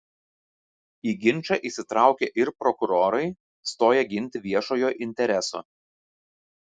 į ginčą įsitraukė ir prokurorai stoję ginti viešojo intereso